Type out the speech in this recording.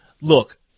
Look